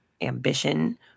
Ambition